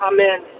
Amen